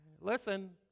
Listen